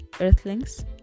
Earthlings